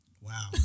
Wow